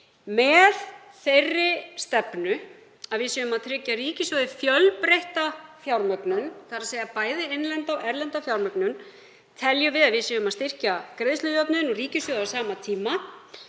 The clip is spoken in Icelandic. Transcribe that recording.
Með þeirri stefnu að við séum að tryggja ríkissjóði fjölbreytta fjármögnun, þ.e. bæði innlenda og erlenda fjármögnun, teljum við að við séum að styrkja greiðslujöfnuðinn úr ríkissjóði á sama tíma.